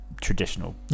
traditional